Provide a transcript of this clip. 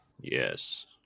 Yes